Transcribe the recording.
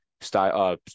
style